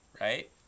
Right